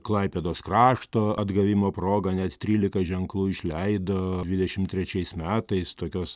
klaipėdos krašto atgavimo proga net trylika ženklų išleido dvidešim trečiais metais tokios